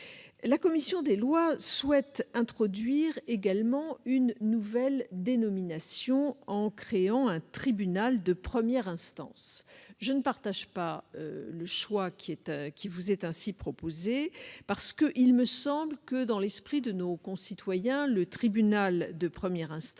La commission des lois souhaite introduire une nouvelle dénomination en créant un tribunal de première instance. Je ne partage pas ce choix parce que, selon moi, dans l'esprit de nos concitoyens, le tribunal de première instance